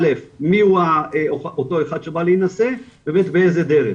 א: מיהו אותו אחד שבא להינשא ו- ב:באיזה דרך.